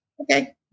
Okay